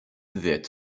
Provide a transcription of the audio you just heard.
wird